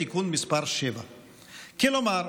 תיקון מס' 7. כלומר,